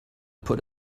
put